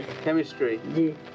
Chemistry